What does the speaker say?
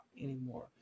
anymore